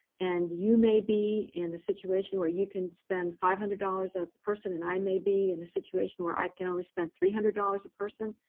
and you may be in a situation where you can spend five hundred dollars a person, and i may be in a situation where i can only spend three hundred dollars a person.